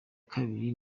kabiri